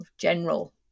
general